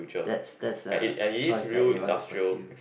that's that's the choice that they want to pursue